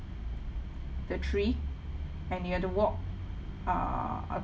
the tree and you have to walk err